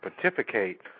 participate